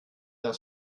der